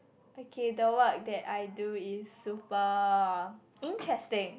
okay the word that I do is super interesting